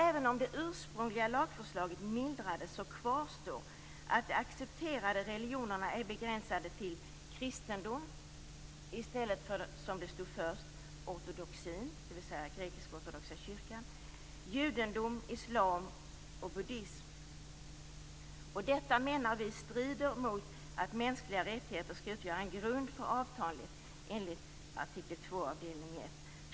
Även om det ursprungliga lagförslaget mildrades, kvarstår att de accepterade religionerna är begränsade till kristendom - tidigare stod det ortodoxin, dvs. den grekisk-ortodoxa kyrkan Detta menar vi strider mot artikel 2 avdelning 1, att mänskliga rättigheter skall utgöra en grund för avtalet.